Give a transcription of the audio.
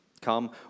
come